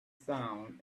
sound